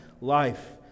life